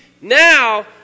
now